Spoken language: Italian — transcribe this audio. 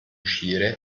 uscire